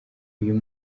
uyu